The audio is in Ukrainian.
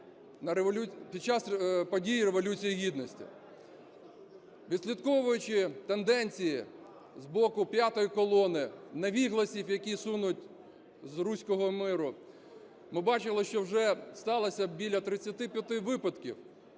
під час події Революції Гідності. Відслідковуючи тенденції з боку "п'ятої колони", невігласів, які сунуть з "руського миру", ми бачили, що вже сталося біля 35 випадків,